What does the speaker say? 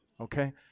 Okay